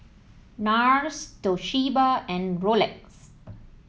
NARS Toshiba and Rolex